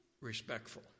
respectful